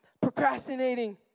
procrastinating